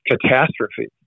catastrophe